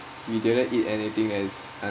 we didn't eat anything as